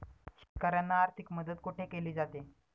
शेतकऱ्यांना आर्थिक मदत कुठे केली जाते?